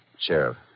Sheriff